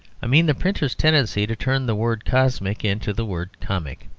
i mean the printer's tendency to turn the word cosmic into the word comic.